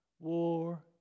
War